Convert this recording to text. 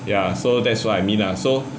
ya so that's what I mean ah so